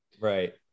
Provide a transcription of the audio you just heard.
Right